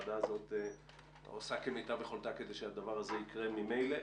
הוועדה הזאת עושה כמיטב יכולתה כדי שהדבר הזה יקרה ממילא.